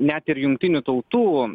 net ir jungtinių tautų